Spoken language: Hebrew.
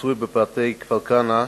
המצוי בפאתי כפר-כנא,